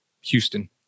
Houston